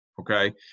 okay